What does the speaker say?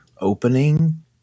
opening